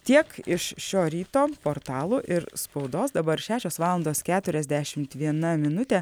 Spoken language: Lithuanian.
tiek iš šio ryto portalų ir spaudos dabar šešios valandos keturiasdešimt viena minutė